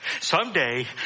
Someday